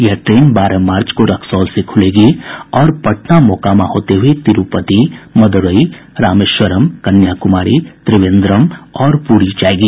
यह ट्रेन बारह मार्च को रक्सौल से खुलेगी और पटना मोकामा होते हुये तिरूपति मद्रई रामेश्वरम कन्याकुमारी त्रिवेन्द्रम और पुरी जायेगी